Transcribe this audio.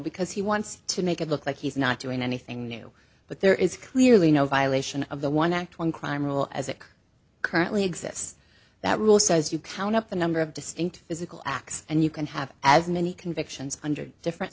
because he wants to make it look like he's not doing anything new but there is clearly no violation of the one act one crime rule as it currently exists that rule says you count up the number of distinct physical acts and you can have as many convictions under different